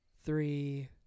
three